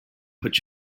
put